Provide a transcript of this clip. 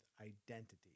identity